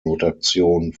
notation